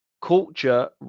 Culture